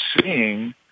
seeing